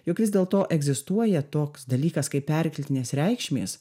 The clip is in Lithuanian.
juk vis dėlto egzistuoja toks dalykas kaip perkeltinės reikšmės